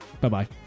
Bye-bye